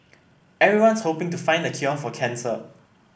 everyone's hoping to find the cure for cancer